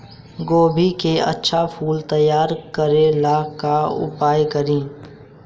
गोभी के अच्छा फूल तैयार करे ला का उपाय करी?